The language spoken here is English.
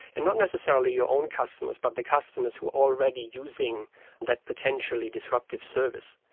and not necessarily your own customers but the customers who are already using that potentially disruptive service.